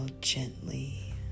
gently